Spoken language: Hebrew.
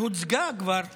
שהוצגה כבר בעבר,